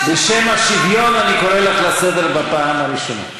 בשם השוויון אני קורא אותך לסדר בפעם הראשונה.